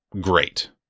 great